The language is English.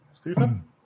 Stephen